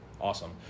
awesome